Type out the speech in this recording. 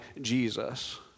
Jesus